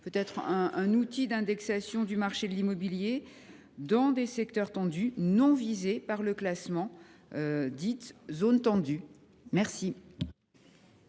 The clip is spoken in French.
peut être un outil d’indexation du marché de l’immobilier dans des secteurs tendus non visés par le classement en zone dite